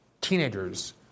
teenagers